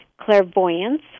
clairvoyance